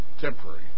temporary